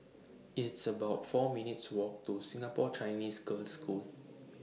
It's about four minutes' Walk to Singapore Chinese Girls' School